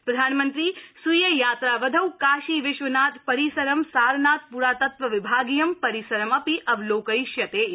प्रधानमन्त्री स्वीय यात्रावधौ काशीविश्वनाथ परिसरं सारनाथ पुरातत्वविभागीय परिसरं अपि अवलोक यिष्यते इति